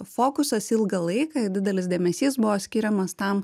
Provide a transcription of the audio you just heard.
fokusas ilgą laiką ir didelis dėmesys buvo skiriamas tam